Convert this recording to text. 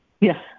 Yes